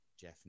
Jeff